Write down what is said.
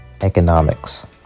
Economics